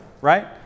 right